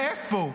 מאיפה?